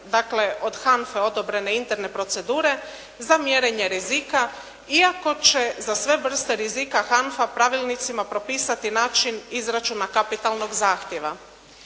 dakle od HANFA-e odobrene interne procedure za mjerenje rizika iako će za sve vrste rizika HANFA pravilnicima propisati način izračuna kapitalnog zahtjeva.